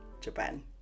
Japan